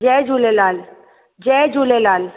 जय झूलेलाल जय झूलेलाल